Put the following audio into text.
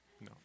no